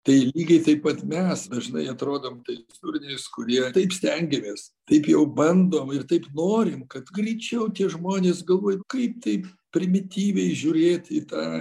tai lygiai taip pat mes dažnai atrodom tais durniais kurie taip stengiamės taip jau bandom ir taip norim kad greičiau tie žmonės galvojam kaip taip primityviai žiūrėt į tą